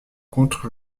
contre